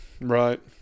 Right